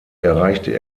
erreichte